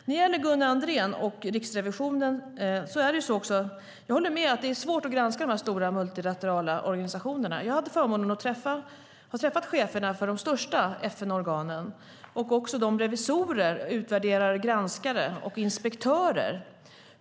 När det gäller Gunnar Andrén och Riksrevisionen håller jag med om att det är svårt att granska de stora multilaterala organisationerna. Jag hade förmånen att träffa cheferna för de största FN-organen och även revisorer, utvärderare, granskare och inspektörer.